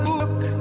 look